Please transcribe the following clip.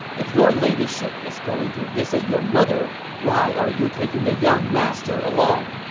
if your ladyship is going to visit your mother, why are you taking the young master along?